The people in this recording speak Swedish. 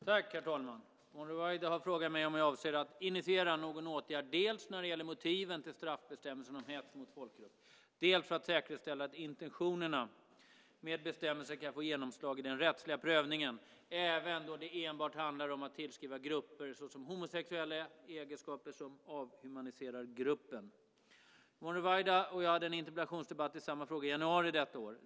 Herr talman! Yvonne Ruwaida har frågat mig om jag avser att initiera någon åtgärd dels när det gäller motiven till straffbestämmelsen om hets mot folkgrupp, dels för att säkerställa att intentionerna med bestämmelsen kan få genomslag i den rättsliga prövningen, även då det enbart handlar om att tillskriva grupper, såsom homosexuella, egenskaper som avhumaniserar gruppen. Yvonne Ruwaida och jag hade en interpellationsdebatt i samma fråga i januari detta år.